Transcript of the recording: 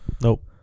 Nope